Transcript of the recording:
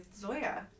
Zoya